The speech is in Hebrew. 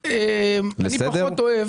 אני פחות אוהב